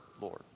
Lord